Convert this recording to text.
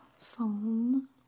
foam